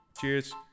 Cheers